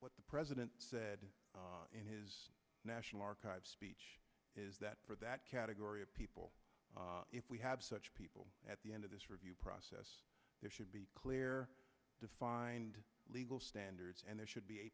what the president said in his national archives speech is that for that category of people if we have such people at the end of this review process there should be clear defined legal standards and there should be a